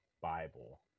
bible